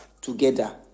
together